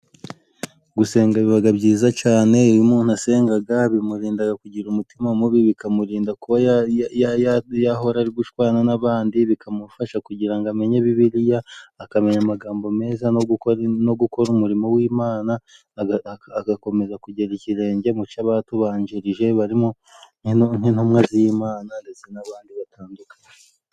Gusenga biba byiza cyane iyo umuntu asenga bimurinda kugira umutima mubi, bikamurinda kuba yahora ari gushwana n'abandi. Bikamufasha kugira ngo amenye bibiliya, akamenya amagambo meza no gukora umurimo w'Imana agakomeza kugera ikirenge mu cy'abatubanjirije barimo nk'intumwa z'Imana ndetse n'abandi batandukanye.